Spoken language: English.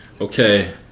okay